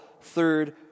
third